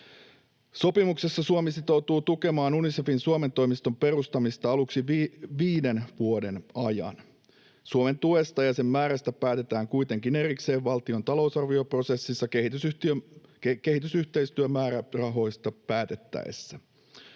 Sopimuksessa Suomi sitoutuu tukemaan Unicefin Suomen toimiston perustamista aluksi 5 vuoden ajan. Suomen tuesta ja sen määrästä päätetään kuitenkin erikseen valtion talousarvioprosessissa kehitysyhteistyömäärärahoista päätettäessä.